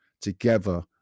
together